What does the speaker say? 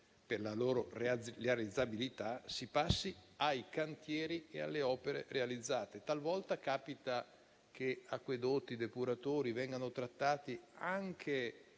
per la loro realizzabilità, si passi ai cantieri e alle opere realizzate. Talvolta capita che acquedotti e depuratori vengano trattati anche